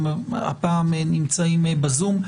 הם הפעם נמצאים בזום.